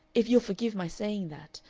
if you'll forgive my saying that,